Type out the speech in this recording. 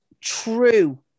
true